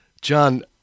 John